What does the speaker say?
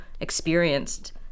experienced